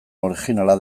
originala